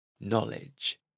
Knowledge